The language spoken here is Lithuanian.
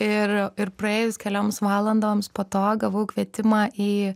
ir ir praėjus kelioms valandoms po to gavau kvietimą į